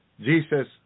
Jesus